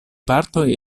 partoj